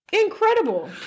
incredible